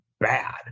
bad